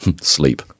sleep